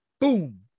Boom